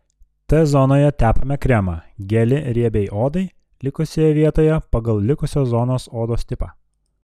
t zonoje tepame kremą gelį riebiai odai likusioje vietoje pagal likusios zonos odos tipą